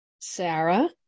Sarah